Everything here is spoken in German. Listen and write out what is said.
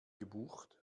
gebucht